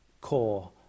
core